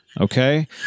Okay